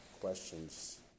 questions